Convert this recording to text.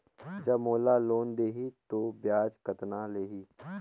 जब मोला लोन देही तो ब्याज कतना लेही?